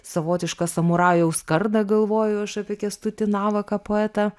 savotišką samurajaus kardą galvoju aš apie kęstutį navaką poetą